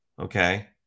okay